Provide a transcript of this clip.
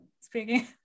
speaking